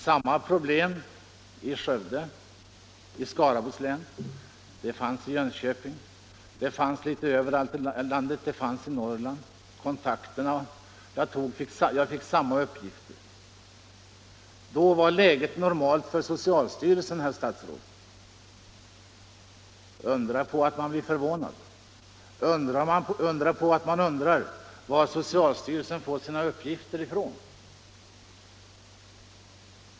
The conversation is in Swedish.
Samma problem fanns i Skövde i Skaraborgs län, i Jönköping, i Norrland, ja litet överallt i landet. Jag fick samma uppgifter vid alla kontakter jag tog. Då var läget normalt för socialstyrelsen, herr statsråd. Undra på att man blir förvånad! Undra på att man frågar sig varifrån socialstyrelsen får sina uppgifter!